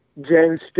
James